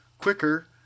quicker